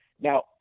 Now